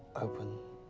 open.